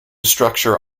structure